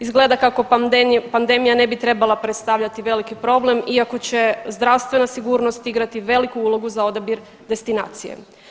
Izgleda kako pandemija ne bi trebala predstavljati veliki problem iako će zdravstvena sigurnost igrati veliku ulogu za odabir destinacije.